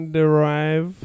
derive